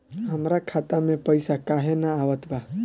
हमरा खाता में पइसा काहे ना आवत बा?